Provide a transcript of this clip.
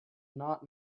not